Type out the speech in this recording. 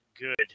good